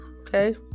Okay